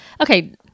Okay